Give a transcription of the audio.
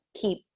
keep